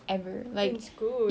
dalam sekolah apa eh